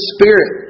Spirit